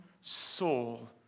soul